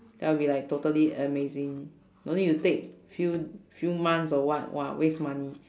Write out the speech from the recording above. that will be like totally amazing don't need to take few few months or what !wah! waste money